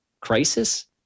crisis